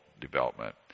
development